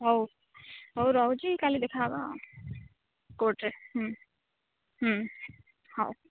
ହଉ ହଉ ରହୁଛି କାଲି ଦେଖା ହେବା ଆଉ କୋର୍ଟରେ ହଉ